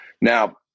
Now